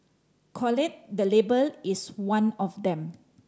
collate the Label is one of them